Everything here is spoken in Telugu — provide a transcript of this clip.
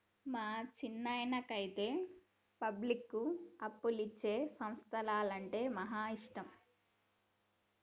మా చిన్నాయనకైతే పబ్లిక్కు అప్పులిచ్చే సంస్థలంటే మహా ఇష్టం